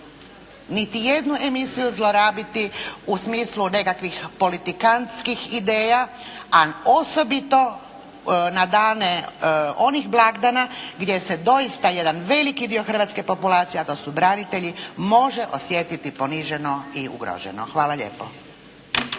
niti jednu emisiju zlorabiti u smislu nekakvih politikantskih ideja a osobito na dane onih blagdana gdje se doista jedan veliki dio hrvatske populacije a to su branitelji može osjetiti poniženo i ugroženo. Hvala lijepo.